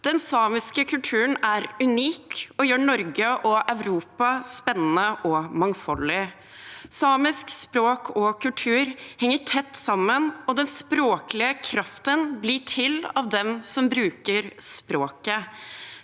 Den samiske kulturen er unik og gjør Norge og Europa spennende og mangfoldig. Samisk språk og kultur henger tett sammen, og den språklige kraften blir til av dem som bruker språket.